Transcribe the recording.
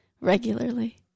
regularly